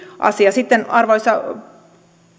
asia sitten arvoisa